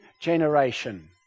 generation